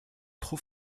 trop